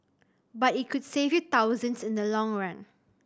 but it could save you thousands in the long run